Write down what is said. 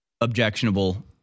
objectionable